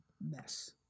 mess